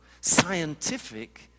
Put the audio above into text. scientific